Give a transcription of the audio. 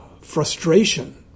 frustration